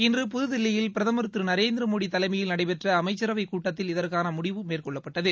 இன்று புதுதில்லியில் பிரதமர் திரு நரேந்திரமோடி தலைமையில் நடைபெற்ற அமைச்சரவைக் கூட்டத்தில் இதற்கான முடிவு மேற்கொள்ளப்பட்டது